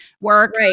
work